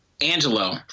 Angelo